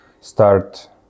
start